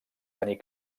tenir